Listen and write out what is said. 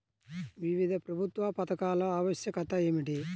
వివిధ ప్రభుత్వా పథకాల ఆవశ్యకత ఏమిటి?